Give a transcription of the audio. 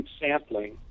sampling